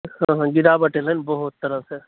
हँ हँ गिरावट एलै हेँ बहुत तरहसँ